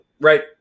Right